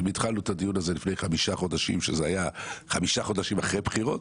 אם התחלנו את הדיון הזה לפני 5 חודשים שזה היה 5 חודשים אחרי בחירות,